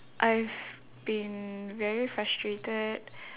I've been very frustrated